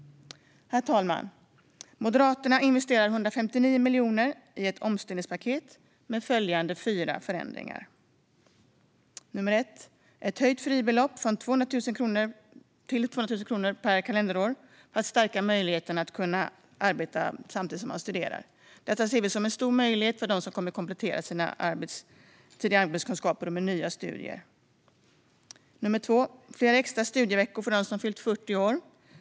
Herr talman! Moderaterna investerar 159 miljoner i ett omställningspaket med följande fyra förändringar: Vi vill höja fribeloppet till 200 000 kronor per kalenderår för att stärka möjligheterna att arbeta samtidigt som man studerar. Detta ser vi som en stor möjlighet för dem som kommer att komplettera sina tidigare arbetskunskaper med nya studier. Vi vill ha fler extra studieveckor för dem som har fyllt 40 år.